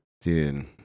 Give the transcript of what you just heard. Dude